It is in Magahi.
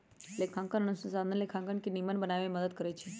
लेखांकन अनुसंधान लेखांकन के निम्मन बनाबे में मदद करइ छै